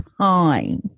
time